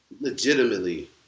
legitimately